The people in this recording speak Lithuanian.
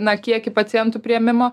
na kiekį pacientų priėmimo